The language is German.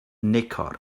neckar